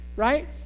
right